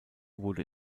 wurde